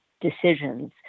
decisions